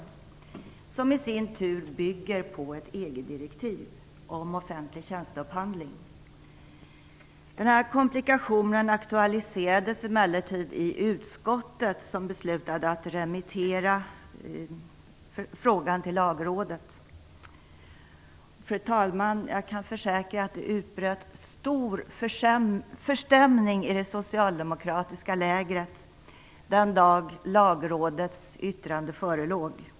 Den bygger i sin tur på ett EG-direktiv om offentlig tjänsteupphandling. Denna komplikation aktualiserades emellertid i utskottet som beslutade att remittera frågan till Lagrådet. Fru talman! Jag kan försäkra att det utbröt stor förstämning i det socialdemokratiska lägret den dag Lagrådets yttrande förelåg.